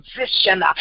position